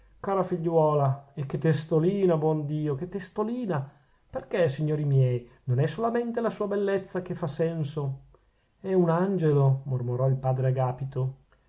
cara figliuola e che testolina buon dio che testolina perchè signori miei non è solamente la sua bellezza che fa senso è un angelo mormorò il padre agapito